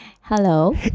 Hello